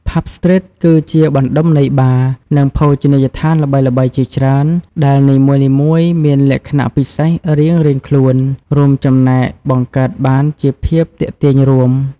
ផាប់ ស្ទ្រីត គឺជាបណ្ដុំនៃបារ និងភោជនីយដ្ឋានល្បីៗជាច្រើន ដែលនីមួយៗមានលក្ខណៈពិសេសរៀងៗខ្លួន រួមចំណែកបង្កើតបានជាភាពទាក់ទាញរួម។